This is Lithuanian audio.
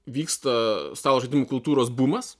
vyksta stalo žaidimų kultūros bumas